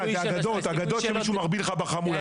זה אגדות, אגדות שמישהו מחביא לך בחמולה.